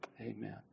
Amen